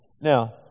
Now